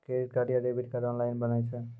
Credit card या debit card online बनै छै?